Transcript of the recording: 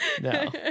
no